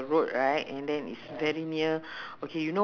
uh uh her first one is at toa payoh